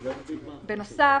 בנוסף,